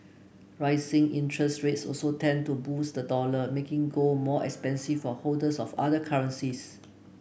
rising interest rates also tend to boost the dollar making gold more expensive for holders of other currencies